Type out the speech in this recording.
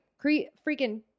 Freaking